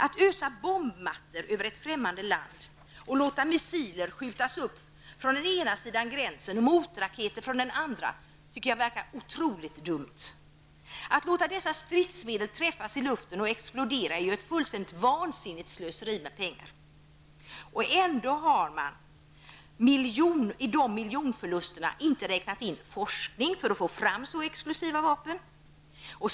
Att ösa bombmattor över ett främmande land och att låta missiler skjutas upp från den ena sidan gränsen och motraketer från den andra tycker jag verkar otroligt dumt. Att låta dessa stridsmedel träffas i luften och explodera innebär ett fullständigt vansinnigt slöseri med pengar. Ändå har man i de miljonförlusterna inte räknat in forskning för att få fram så exklusiva vapen.